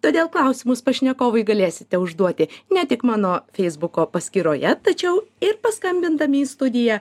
todėl klausimus pašnekovui galėsite užduoti ne tik mano feisbuko paskyroje tačiau ir paskambindami į studiją